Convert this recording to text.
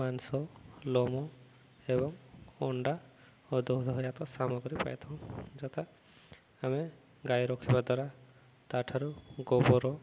ମାଂସ ଲୋମ ଏବଂ ଅଣ୍ଡା ଓ ଦୁଗ୍ଧ ଜାତ ସାମଗ୍ରୀ ପାଇଥାଉ ଯଥା ଆମେ ଗାଈ ରଖିବା ଦ୍ୱାରା ତା'ଠାରୁ ଗୋବର